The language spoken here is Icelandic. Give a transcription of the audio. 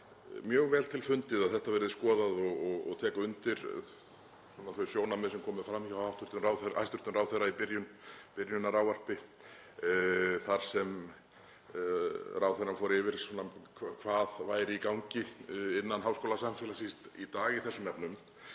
mjög vel til fundið að þetta verði skoðað og tek undir þau sjónarmið sem komu fram hjá hæstv. ráðherra í byrjunarávarpi þar sem ráðherrann fór yfir hvað væri í gangi innan háskólasamfélagsins í dag í þessum efnum.